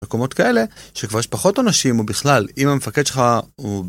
מקומות כאלה שכבר יש פחות אנשים, ובכלל אם המפקד שלך הוא ב...